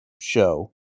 show